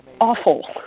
awful